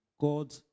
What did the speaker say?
God